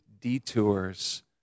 detours